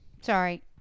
Sorry